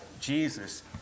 Jesus